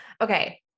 Okay